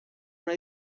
una